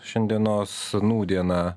šiandienos nūdieną